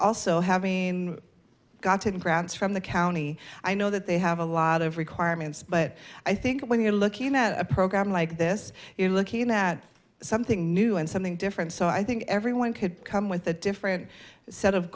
also having gotten grants from the county i know that they have a lot of requirements but i think when you're looking at a program like this you're looking at something new and something different so i think everyone could come with a different set of